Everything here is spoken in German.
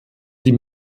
die